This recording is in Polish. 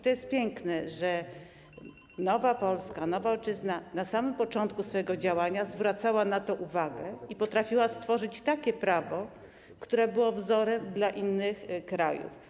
To jest piękne, że nowa Polska, nowa ojczyzna, na samym początku swojego działania zwracała na to uwagę i potrafiła stworzyć takie prawo, które było wzorem dla innych krajów.